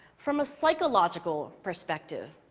from a psychological perspective.